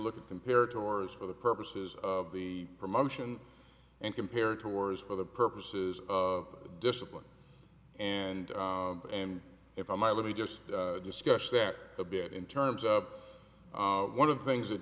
look at them pare tours for the purposes of the promotion and compare tours for the purposes of discipline and and if i might let me just discuss that a bit in terms of one of the things that